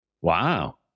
Wow